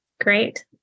great